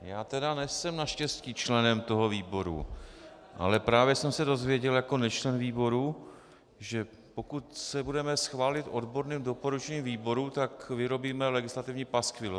Já tedy nejsem naštěstí členem toho výboru, ale právě jsem se dozvěděl jako nečlen výboru, že pokud se budeme řídit odborným doporučením výboru, tak vyrobíme legislativní paskvil.